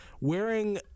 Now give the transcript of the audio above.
wearing